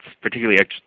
particularly